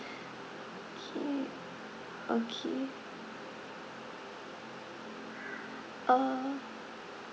K okay uh